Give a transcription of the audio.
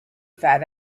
fat